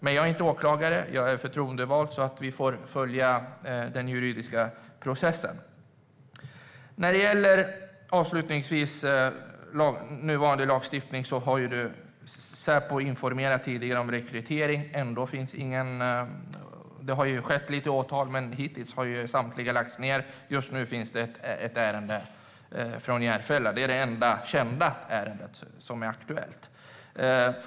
Men jag är inte åklagare; jag är förtroendevald, så jag får följa den juridiska processen. När det avslutningsvis gäller nuvarande lagstiftning har Säpo tidigare informerat om rekrytering. Det har varit få åtal, och hittills har samtliga lagts ned. Just nu finns ett ärende från Järfälla. Det är det enda kända ärende som är aktuellt.